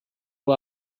who